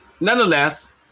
Nonetheless